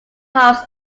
halves